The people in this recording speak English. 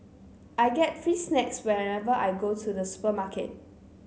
I get free snacks whenever I go to the supermarket